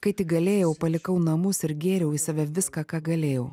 kai tik galėjau palikau namus ir gėriau į save viską ką galėjau